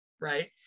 Right